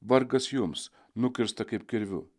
vargas jums nukirsta kaip kirviu